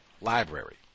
library